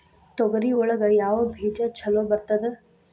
ತೊಗರಿ ಒಳಗ ಯಾವ ಬೇಜ ಛಲೋ ಬರ್ತದ?